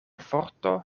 forto